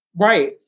Right